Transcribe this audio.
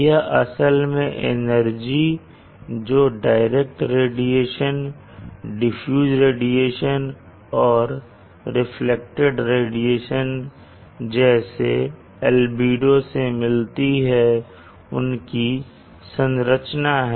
यह असल में एनर्जी जो डायरेक्ट रेडिएशन डिफ्यूज रेडिएशन और रिफ्लेक्टेड रेडिएशन जैसे एल्बिडो से मिलती है उनकी संरचना है